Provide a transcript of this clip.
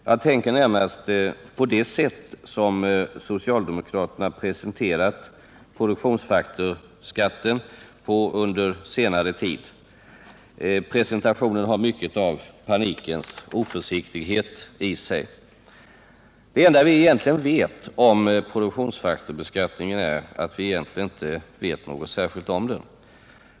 Jag tänker närmast på det sätt som socialdemokraterna presenterat produktionsfaktorsskatten på under senare tid. Presentationen har mycket av panikens oförsiktighet över sig. Det enda vi egentligen vet om produktionsfaktorsbeskattningen är att vi egentligen inte vet något särskilt om den.